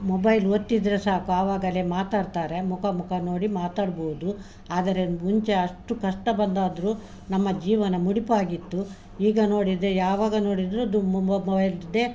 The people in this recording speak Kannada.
ಮೊಬೈಲ್ ಒತ್ತಿದರೆ ಸಾಕು ಆವಾಗಲೇ ಮಾತಾಡ್ತಾರೆ ಮುಖ ಮುಖ ನೋಡಿ ಮಾತಾಡ್ಬೋದು ಆದರೆ ಮುಂಚೆ ಅಷ್ಟು ಕಷ್ಟ ಬಂದಾದರೂ ನಮ್ಮ ಜೀವನ ಮುಡಿಪಾಗಿತ್ತು ಈಗ ನೋಡಿದರೆ ಯಾವಾಗ ನೋಡಿದರೂ ಅದು ಮೊಬೈಲ್ದೆ